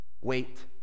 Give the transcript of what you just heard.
wait